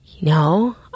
no